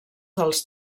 dels